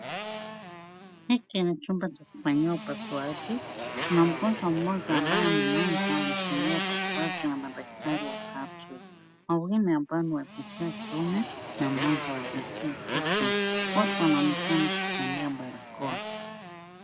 Hiki ni chumba cha kufanyia upasuaji . Kuna mgonjwa mmoja ambaye amelazwa anafanyiwa upasuaji na madaktari watatu. Mwingine ambaye ni wa jinsia ya kiume na mmoja wa jinsia ya kike. Wote wanaoenekana kuvalia barakoa.